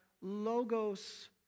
logos